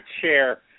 chair